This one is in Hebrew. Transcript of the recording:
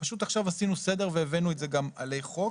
פשוט עכשיו עשינו סדר והבאנו את זה גם עלי חוק,